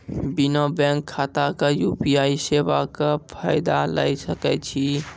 बिना बैंक खाताक यु.पी.आई सेवाक फायदा ले सकै छी?